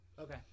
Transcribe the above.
Okay